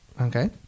Okay